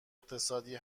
اقتصادی